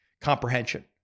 comprehension